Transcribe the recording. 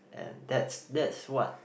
and that that's what